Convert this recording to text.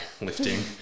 lifting